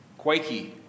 quakey